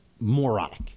moronic